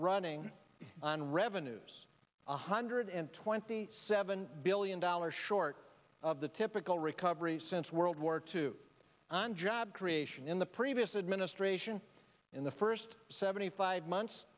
running on revenues one hundred and twenty seven billion dollars short of the typical recovery since world war two on job creation in the previous administration in the first seventy five months